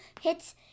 hits